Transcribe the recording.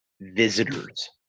visitors